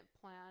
plan